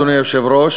אדוני היושב-ראש,